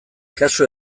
kasu